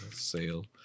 sale